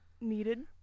needed